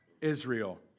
Israel